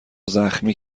زخمی